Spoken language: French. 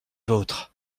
vôtres